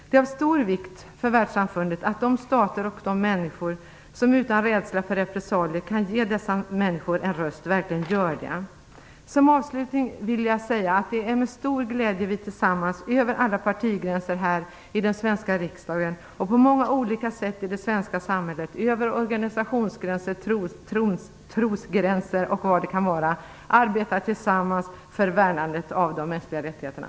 Det är av stor vikt för världssamfundet att de stater och de personer som utan rädsla för repressalier kan ge dessa människor en röst verkligen gör det. Jag vill som avslutning säga att det är med stor glädje som vi tillsammans över alla partigränser här i den svenska riksdagen och på många sätt i det svenska samhället, över organisationsgränser, trosgränser osv., arbetar tillsammans för värnandet av de mänskliga rättigheterna.